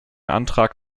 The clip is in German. antrag